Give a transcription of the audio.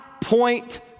point